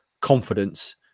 confidence